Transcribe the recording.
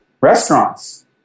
restaurants